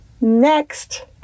next